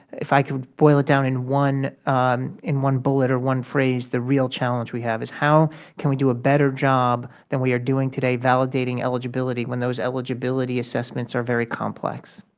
if i could boil it down in one in one bullet or one phrase, the real challenge we have, is how can we do a better job than we are doing today validating eligibility when those eligibility assessments are very complex.